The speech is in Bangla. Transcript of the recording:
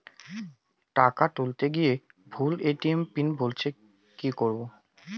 টাকা তুলতে গিয়ে ভুল এ.টি.এম পিন বলছে কি করবো?